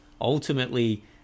ultimately